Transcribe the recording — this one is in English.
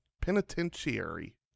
Penitentiary